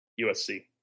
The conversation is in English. USC